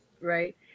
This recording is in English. right